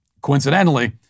coincidentally